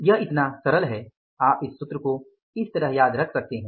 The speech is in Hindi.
यह इतना सरल है आप इस सूत्र को इस तरह याद रख सकते हैं